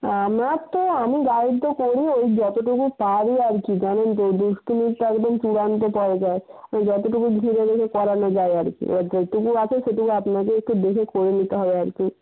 আমার তো আমি গাইড তো করবই যতটুকু পারি আর কী জানেন তো দুষ্টুমিতে একদম চূড়ান্ত পর্যায়ে ওই যতটুকু ভুলিয়ে ভালিয়ে পড়ানো যায় আর কি এবার যেইটুকু আছে সেটুকু আপনাদেরকে একটু দেখে করে নিতে হবে আর কি